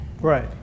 right